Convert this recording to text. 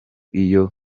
iyo